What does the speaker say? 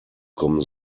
kommen